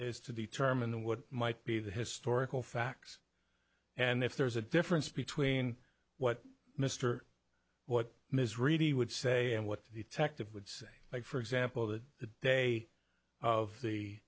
is to determine what might be the historical facts and if there's a difference between what mr what ms reedy would say and what detective would say like for example that the day of the